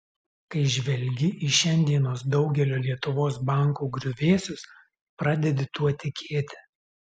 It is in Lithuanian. kai žvelgi į šiandienos daugelio lietuvos bankų griuvėsius pradedi tuo tikėti